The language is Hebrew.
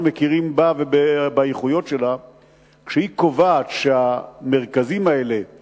ודייקת כשאמרת שהמרכז שהוקם הוקם